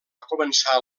començar